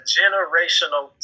generational